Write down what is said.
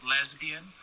lesbian